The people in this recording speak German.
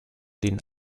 denen